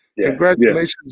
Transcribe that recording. Congratulations